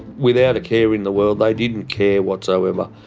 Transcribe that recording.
without a care in the world, they didn't care whatsoever.